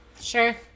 Sure